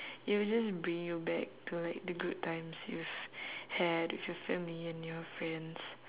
it will just bring you back to like the good times you've had with your family and your friends